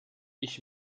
ich